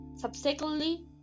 Subsequently